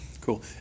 Cool